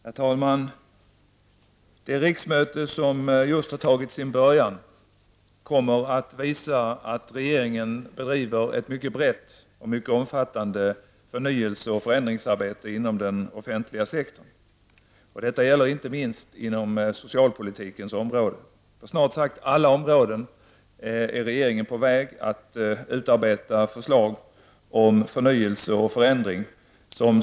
Herr talman! Det riksmöte som just har tagit sin början kommer att visa att regeringen bedriver ett mycket brett och mycket omfattande förnyelse och förändringsarbete inom den offentliga sektorn. Detta gäller inte minst socialpolitikens område. På snart sagt alla områden är regeringen på väg att utarbeta förslag om förnyelse och förändring.